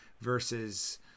versus